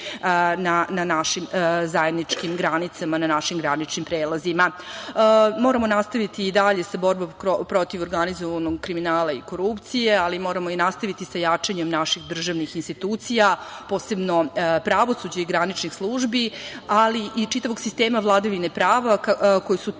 na našim zajedničkim granicama, na našim graničnim prelazima. Moramo nastaviti i dalje sa borbom protiv organizovanog kriminala i korupcije, ali moramo nastaviti i sa jačanjem naših državnih institucija, posebno pravosuđa i graničnih službi, ali i čitavog sistema vladavine prava koji su temelj